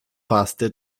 pasty